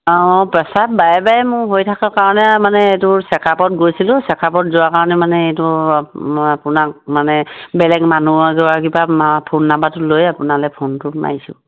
অঁ প্ৰস্ৰাৱ বাৰে বাৰে মোৰ হৈ থকাৰ কাৰণে মানে এইটো চেকআপত গৈছিলোঁ চেকআপত যোৱাৰ কাৰণে মানে এইটো মই আপোনাক মানে বেলেগ মানুহৰ যোৱাৰ কিবা মা ফোন নাম্বাৰটোত লৈ আপোনালৈ ফোনটো মাৰিছোঁ